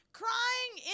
crying